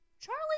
charlie